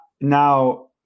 Now